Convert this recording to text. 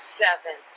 seven